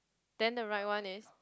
then the right one is